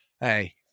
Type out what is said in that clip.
hey